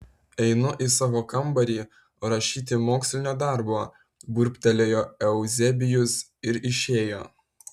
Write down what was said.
einu į savo kambarį rašyti mokslinio darbo burbtelėjo euzebijus ir išėjo